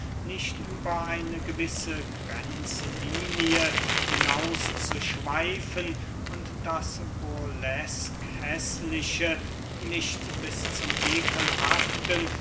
nicht über eine gewisse grenzlinie hinauszuschweifen und das bürleskhäßliche nicht bis zum